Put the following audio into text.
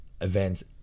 events